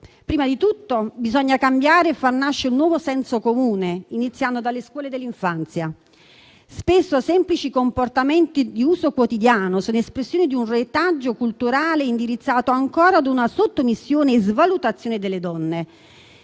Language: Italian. Prima di tutto bisogna cambiare e far nascere un nuovo senso comune, iniziando dalle scuole dell'infanzia. Spesso semplici comportamenti di uso quotidiano sono espressione di un retaggio culturale indirizzato ancora a una sottomissione e svalutazione delle donne.